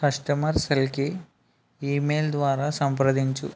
customer సెల్కి email ద్వారా సంప్రదించు